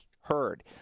heard